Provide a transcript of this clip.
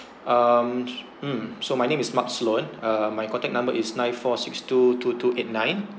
um mm so my name is mark loan ah my contact number is nine four six two two two eight nine